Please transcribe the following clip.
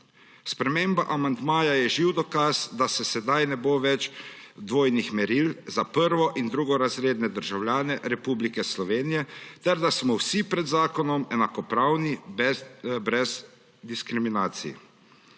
Sprememba amandmaja je živ dokaz, da sedaj ne bo več dvojnih meril za prvo- in drugorazredne državljane Republike Slovenije ter da smo vsi pred zakonom enakopravni brez diskriminacij.